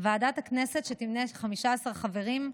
ועדת הכנסת תמנה 15 חברים: